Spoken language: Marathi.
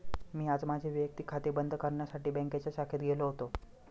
मी आज माझे वैयक्तिक खाते बंद करण्यासाठी बँकेच्या शाखेत गेलो होतो